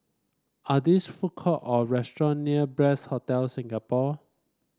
are there food court or restaurant near Bliss Hotel Singapore